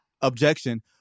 Objection